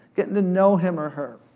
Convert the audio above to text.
getting to know him or her.